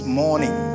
morning